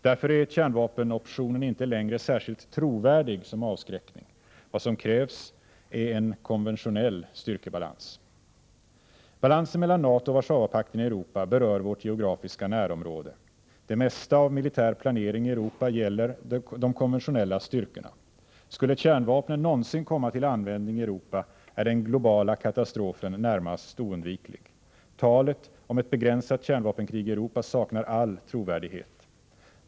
Därför är kärnvapenoptionen inte längre särskilt trovärdig som avskräckning. Vad som krävs är en konventionell styrkebalans. Balansen mellan NATO och Warszawapakten i Europa berör vårt geografiska närområde. Det mesta av militär planering i Europa gäller de konventionella styrkorna. Skulle kärnvapen någonsin komma till användning i Europa, är den globala katastrofen närmast oundviklig. Talet om ett begränsat kärnvapenkrig i Europa saknar all trovärdighet.